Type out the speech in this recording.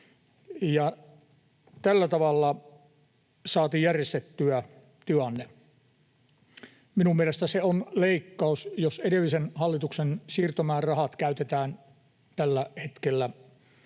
tällä tavalla saatiin järjestettyä tilanne. Minun mielestäni se on leikkaus, jos edellisen hallituksen siirtomäärärahat käytetään tällä hetkellä